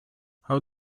how